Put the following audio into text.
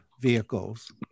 vehicles